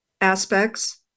aspects